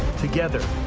together,